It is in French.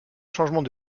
changement